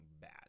bad